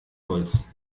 holz